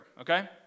okay